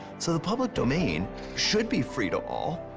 so the public domain should be free to all.